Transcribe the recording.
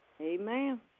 Amen